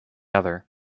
other